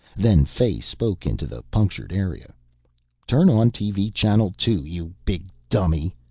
then fay spoke into the punctured area turn on tv channel two, you big dummy!